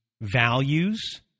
values